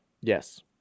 Yes